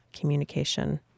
communication